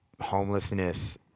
homelessness